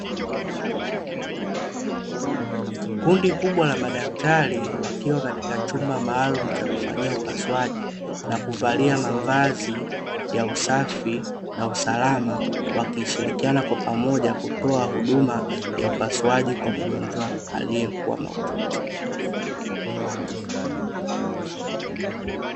Kundi kubwa la madaktari wakiwa katika chumba maalumu cha kufanyia upasuaji, na kuvalia mavazi ya usafi na usalama, wakishirikiana kwa pamoja kutoa huduma ya upasuaji kwa mgonjwa aliyekuwa mahututi.